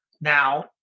now